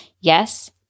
yes